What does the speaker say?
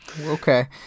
Okay